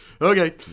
Okay